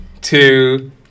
two